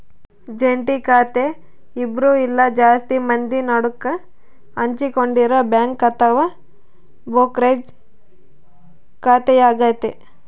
ಜಂಟಿ ಖಾತೆ ಇಬ್ರು ಇಲ್ಲ ಜಾಸ್ತಿ ಮಂದಿ ನಡುಕ ಹಂಚಿಕೊಂಡಿರೊ ಬ್ಯಾಂಕ್ ಅಥವಾ ಬ್ರೋಕರೇಜ್ ಖಾತೆಯಾಗತೆ